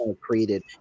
created